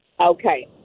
Okay